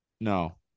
No